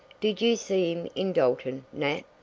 did you see him in dalton, nat?